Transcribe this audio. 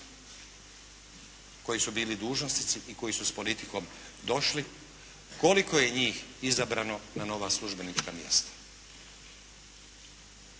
koji su bili dužnosnici i koji su s politikom došli, koliko je njih izabrano na nova službenička mjesta.